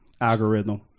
algorithm